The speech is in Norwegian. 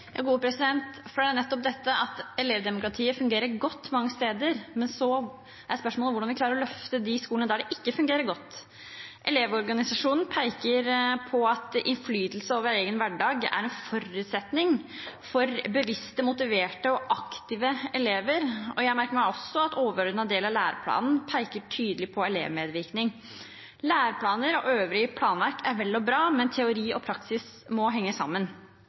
Det er nettopp dette: Elevdemokratiet fungerer godt mange steder, men så er spørsmålet hvordan vi klarer å løfte de skolene der det ikke fungerer godt. Elevorganisasjonen peker på at innflytelse over egen hverdag er en forutsetning for bevisste, motiverte og aktive elever. Jeg merker meg også at overordnet del av læreplanen tydelig peker på elevmedvirkning. Læreplaner og øvrig planverk er vel og bra, men teori og praksis må henge sammen.